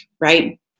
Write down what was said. right